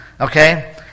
okay